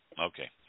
Okay